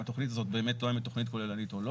התכנית הזאת באמת תואמת תכנית כוללנית או לא